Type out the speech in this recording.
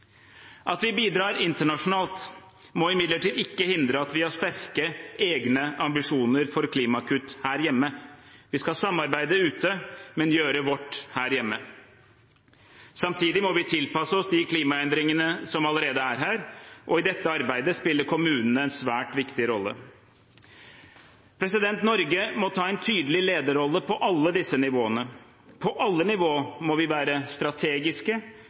At vi bidrar internasjonalt, må imidlertid ikke hindre at vi har sterke, egne ambisjoner for klimakutt her hjemme. Vi skal samarbeide ute, men gjøre vårt her hjemme. Samtidig må vi tilpasse oss de klimaendringene som allerede er her, og i dette arbeidet spiller kommunene en svært viktig rolle. Norge må ta en tydelig lederrolle på alle disse nivåene. På alle nivå må vi være strategiske,